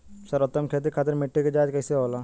सर्वोत्तम खेती खातिर मिट्टी के जाँच कईसे होला?